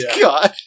God